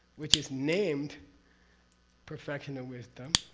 which is named perfection of wisdom,